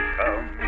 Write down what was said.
come